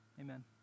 Amen